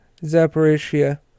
Zaporizhia